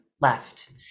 left